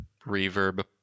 reverb